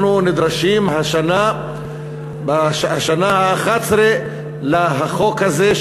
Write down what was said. אנחנו נדרשים זו השנה ה-11 לחוק הזה,